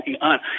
on